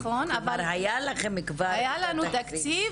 נכון, אבל --- כלומר, היה לכם כבר את התקציב.